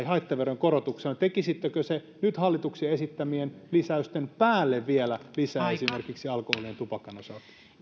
haittaverojen korotuksena tekisittekö sen nyt hallituksen esittämien lisäysten päälle vielä lisäksi esimerkiksi alkoholin ja tupakan osalta